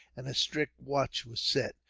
and a strict watch was set.